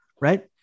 right